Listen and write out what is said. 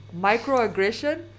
microaggression